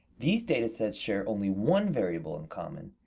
these data sets share only one variable in common.